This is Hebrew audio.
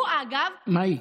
הוא, אגב, מאי.